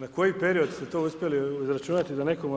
Na koji period ste to uspjeli izračunati da nekom